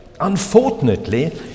Unfortunately